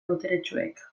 boteretsuek